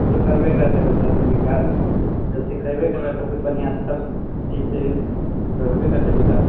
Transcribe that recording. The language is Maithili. ओ तऽ करबे करतै बच्चासब विकास जब सिखेबे करबै सबकिछु बढ़िआँसँ सब ठीकसँ तब हेबे करतै विकास